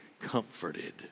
comforted